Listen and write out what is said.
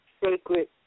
sacred